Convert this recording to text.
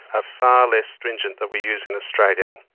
ah far less stringent than we use in australia.